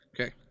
Okay